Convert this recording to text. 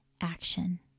action